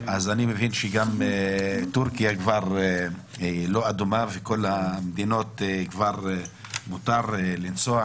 אז אני מבין שגם טורקיה כבר לא אדומה ולכל המדינות כבר מותר לנסוע,